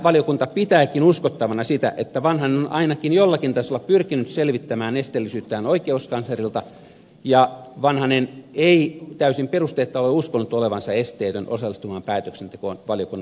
valiokunta pitääkin uskottavana sitä että vanhanen on ainakin jollakin tasolla pyrkinyt selvittämään esteellisyyttään oikeuskanslerilta ja vanhanen ei täysin perusteetta ole uskonut olevansa esteetön osallistumaan päätöksentekoon valiokunnan arvion mukaan